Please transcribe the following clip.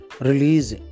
release